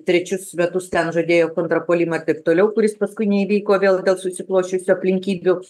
trečius metus ten žadėjo kontrpuolimą taip toliau kuris paskui neįvyko vėl dėl susiklosčiusių aplinkybių